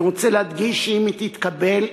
אני רוצה להדגיש שאם היא תתקבל,